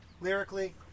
lyrically